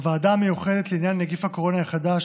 בוועדה המיוחדת לעניין נגיף הקורונה החדש